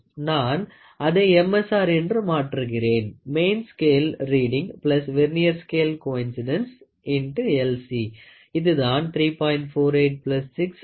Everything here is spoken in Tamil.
நான் அதை MSR என்று மாற்றுகிறேன் main scale reading vernier scale coincidence X L C